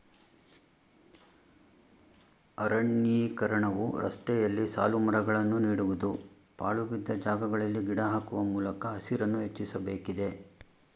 ಅರಣ್ಯೀಕರಣವು ರಸ್ತೆಯಲ್ಲಿ ಸಾಲುಮರಗಳನ್ನು ನೀಡುವುದು, ಪಾಳುಬಿದ್ದ ಜಾಗಗಳಲ್ಲಿ ಗಿಡ ಹಾಕುವ ಮೂಲಕ ಹಸಿರನ್ನು ಹೆಚ್ಚಿಸಬೇಕಿದೆ